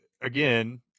again